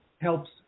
helps